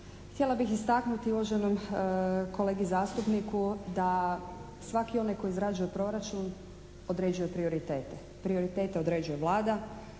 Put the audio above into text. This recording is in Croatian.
Htjela bih istaknuti uvaženom kolegi zastupniku da svaki onaj koji izrađuje proračun određuje prioritete. Prioritete određuje Vlada,